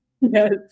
yes